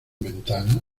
ventana